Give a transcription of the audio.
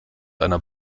einer